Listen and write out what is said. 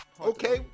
Okay